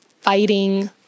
fighting